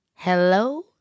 Hello